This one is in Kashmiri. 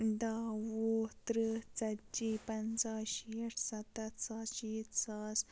دَہ وُہ تٕرٛہ ژَتجی پَنٛژاہ شیٹھ سَتَتھ ساس شیٖتھ ساس